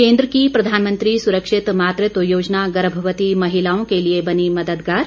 केंद्र की प्रधानमंत्री सुरक्षित मातृत्व योजना गर्भवती महिलाओं के लिए बनी मददगार